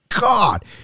god